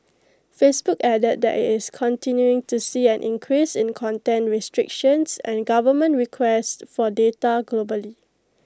Facebook added that IT is continuing to see an increase in content restrictions and government requests for data globally